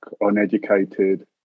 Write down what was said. uneducated